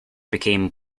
became